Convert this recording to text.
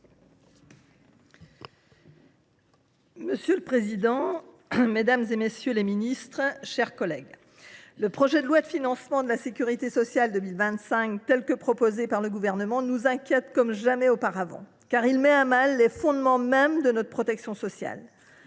Monsieur le président, mesdames, messieurs les ministres, mes chers collègues, le projet de loi de financement de la sécurité sociale 2025, tel qu’il est proposé par le Gouvernement, nous inquiète comme jamais, car il met à mal les fondements mêmes de notre protection sociale.